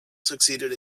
succeeded